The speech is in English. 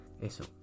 eso